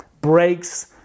breaks